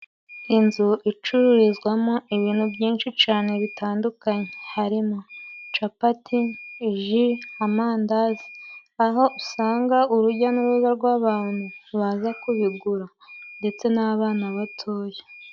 Inzu icururizwamo ibintu byinshi cane bitandukanye. Harimo: capati, ji, amandazi, aho usanga urujya n'uruza rw'abantu baza kubigura ndetse n'abana batoya.